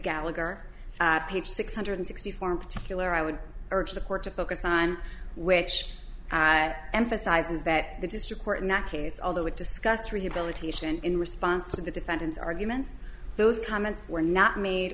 gallagher page six hundred sixty four in particular i would urge the court to focus on which emphasizes that the district court in that case although it discussed rehabilitation in response to the defendant's arguments those comments were not made